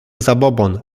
zabobon